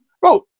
bro